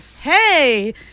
hey